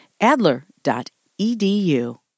Adler.edu